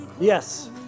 Yes